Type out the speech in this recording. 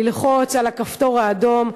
ללחוץ על "הכפתור האדום".